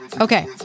Okay